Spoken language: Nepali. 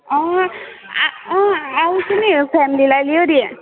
अँ अँ आउँछु नि फ्यामिलीलाई लिइवरि